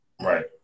Right